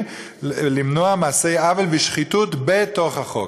למנוע מעשי עוול ושחיתות בתוך החוק.